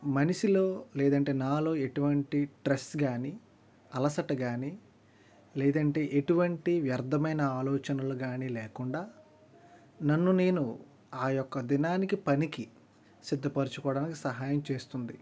మనిషిలో లేదంటే నాలో ఎటువంటి స్ట్రెస్ కానీ అలసట కానీ లేదంటే ఎటువంటి వ్యర్థమైన ఆలోచనలు కానీ లేకుండా నన్ను నేను ఆ యొక్క దినానికి పనికి సిద్ధపరచుకోవడానికి సహాయం చేస్తుంది